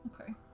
Okay